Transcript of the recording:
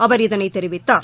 அவர் இதனைத் தெரிவித்தார்